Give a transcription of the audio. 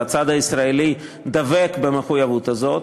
והצד הישראלי דבק במחויבות הזאת,